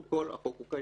קודם כל, החוק הוא קיים.